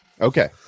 Okay